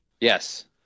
Yes